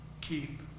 keep